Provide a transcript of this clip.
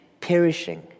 perishing